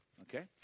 Okay